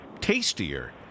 tastier